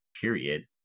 period